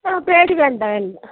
ഓ പേര് വേണ്ട വേണ്ട